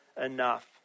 enough